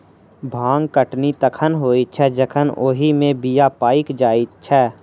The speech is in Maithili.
भांग कटनी तखन होइत छै जखन ओहि मे बीया पाइक जाइत छै